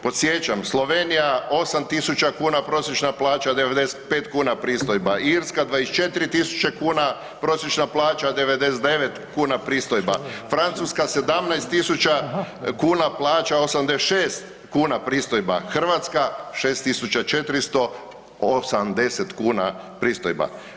Podsjećam Slovenija 8.000 kuna prosječna plaća 95 kuna pristojba, Irska 24.000 kuna prosječna plaća 99 kuna pristojba, Francuska 17.000 kuna plaća 86 kuna pristojba, Hrvatska 6.400, 80 pristojba.